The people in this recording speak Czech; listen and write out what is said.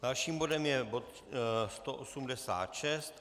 Dalším bodem je bod 186.